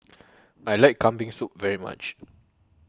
I like Kambing Soup very much